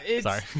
Sorry